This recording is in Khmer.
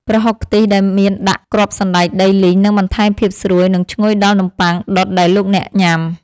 ប្រហុកខ្ទិះដែលមានដាក់គ្រាប់សណ្តែកដីលីងនឹងបន្ថែមភាពស្រួយនិងឈ្ងុយដល់នំប៉័ងដុតដែលលោកអ្នកញ៉ាំ។